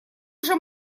уже